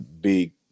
big